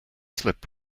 slip